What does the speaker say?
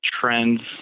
trends